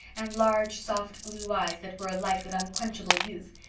and large, soft blue eyes that were alight with unquenchable youth,